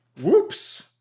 whoops